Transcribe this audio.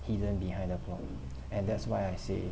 hidden behind the plot and that's why I say